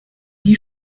die